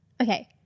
okay